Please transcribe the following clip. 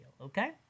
okay